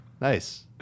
Nice